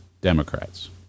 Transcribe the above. Democrats